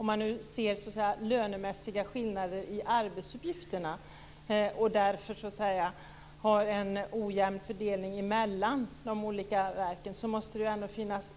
Även om skillnader i arbetsuppgifterna motiverar löneskillnader och det därför blir en ojämn fördelning mellan de olika verken måste det finnas